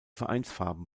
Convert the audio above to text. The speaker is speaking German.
vereinsfarben